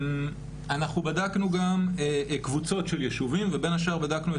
אנחנו בדקנו גם קבוצות של יישובים ובין השאר בדקנו את